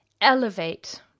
elevate